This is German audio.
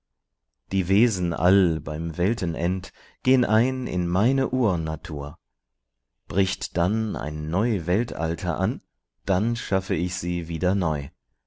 die wesen all beim weltenend gehn ein in meine urnatur bricht dann ein neu weltalter an dann schaffe ich sie wieder neu